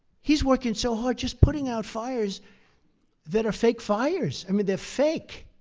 he's working so hard just putting out fires that are fake fires. i mean they're fake.